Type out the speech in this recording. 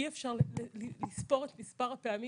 אי אפשר לספור את מספר הפעמים,